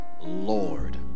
Lord